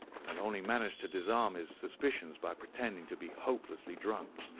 and only managed to disarm his suspicions by pretending to be hopelessly drunk.